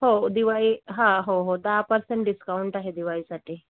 हो दिवाळी हा हो हो दहा पर्सेंट डिस्काउंट आहे दिवाळीसाठी